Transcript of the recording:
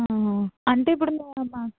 అంటే ఇప్పుడు మీరు మా